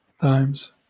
times